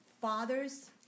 fathers